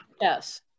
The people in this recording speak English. Yes